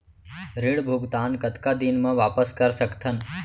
ऋण भुगतान कतका दिन म वापस कर सकथन?